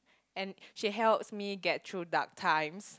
and she helps me get through dark times